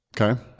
Okay